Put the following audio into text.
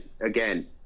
again